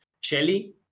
Shelly